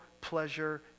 pleasure